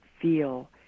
feel